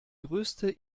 größte